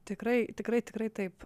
tikrai tikrai tikrai taip